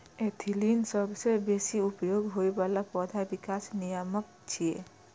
ethylene सबसं बेसी उपयोग होइ बला पौधा विकास नियामक छियै